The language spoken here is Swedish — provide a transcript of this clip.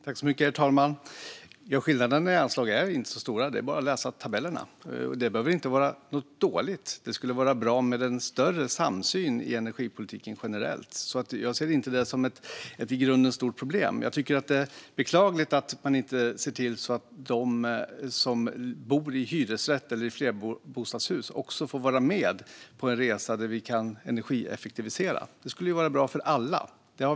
Herr talman! Ja, skillnaderna i anslag är inte så stora - det är bara att läsa tabellerna - och det behöver inte vara något dåligt. Det skulle vara bra med en större samsyn i energipolitiken generellt. Jag ser det inte som ett i grunden stort problem. Jag tycker att det är beklagligt att man inte ser till att de som bor i hyresrätt eller i flerbostadshus också får vara med på en resa där vi kan energieffektivisera. Det skulle ju vara bra för alla.